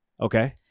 Okay